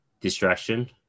distraction